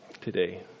today